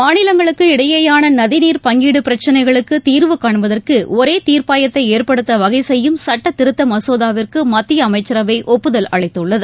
மாநிலங்களுக்கு இடையேயான நதிநீர் பங்கீடு பிரச்னைகளுக்கு தீர்வு காண்பதற்கு தீர்ப்பாயத்தை ஏற்படுத்த வகை செய்யும் சட்டத்திருத்த மசோதாவிற்கு மத்திய ஒரே அமைச்சரவை ஒப்புதல் அளித்துள்ளது